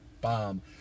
bomb